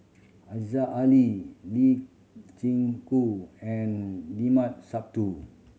Aziza Ali Lee Chin Koon and Limat Sabtu